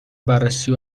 بررسی